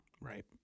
Right